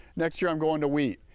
next year i'm going to wheat.